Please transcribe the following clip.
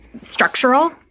structural